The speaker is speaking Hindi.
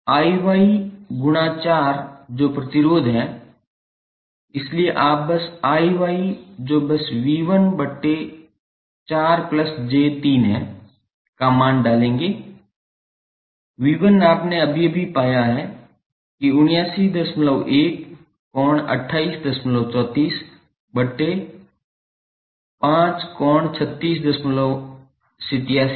𝐼𝑌∗4 जो प्रतिरोध है इसलिए आप बस 𝐼𝑌 जो बस 𝑉14𝑗3 हैं का मान डालेंगे 𝑉1 आपने अभी अभी पाया है कि 791∠2834◦ 5∠3687◦ 633∠−853◦ V